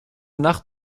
nacht